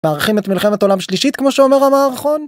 מאריכים את מלחמת עולם שלישית כמו שאומר המערכון?